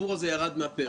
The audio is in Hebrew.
הסיפור הזה ירד מהפרק,